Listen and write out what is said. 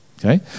Okay